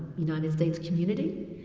united states community.